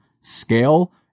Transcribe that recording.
scale